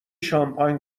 شانپاین